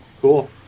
Cool